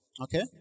Okay